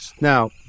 Now